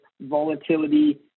volatility